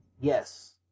Yes